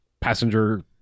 passenger